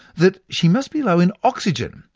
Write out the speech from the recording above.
that she must be low in oxygen,